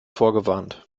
vorgewarnt